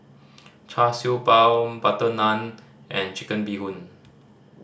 Char Siew Bao butter naan and Chicken Bee Hoon